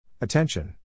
Attention